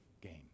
Game